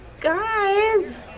Guys